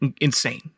insane